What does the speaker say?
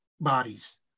bodies